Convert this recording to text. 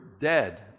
dead